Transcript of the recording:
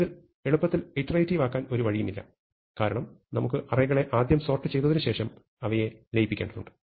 ഇത് എളുപ്പത്തിൽ ഇറ്ററേറ്റിവ് ആക്കാൻ ഒരു വഴിയുമില്ല കാരണം നമുക്ക് അറേകളെ ആദ്യം സോർട്ട് ചെയ്തതിനുശേഷം അവയെ ലയിപ്പിക്കേണ്ടതുണ്ട്